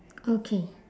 okay